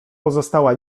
pozostała